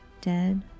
Dead